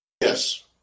Yes